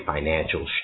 Financial